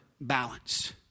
balance